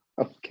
Okay